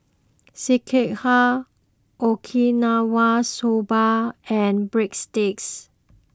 Sekihan Okinawa Soba and Breadsticks